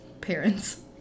parents